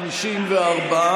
54,